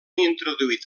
introduït